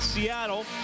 Seattle